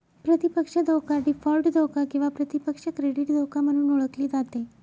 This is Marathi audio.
प्रतिपक्ष धोका डीफॉल्ट धोका किंवा प्रतिपक्ष क्रेडिट धोका म्हणून ओळखली जाते